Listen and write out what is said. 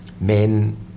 Men